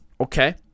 Okay